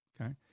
Okay